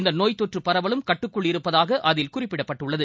இந்த நோய் தொற்று பரவலும் கட்டுக்குள் இருப்பதாக அதில் குறிப்பிடப்பட்டுள்ளது